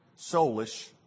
soulish